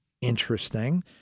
interesting